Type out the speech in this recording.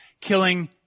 killing